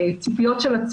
זה.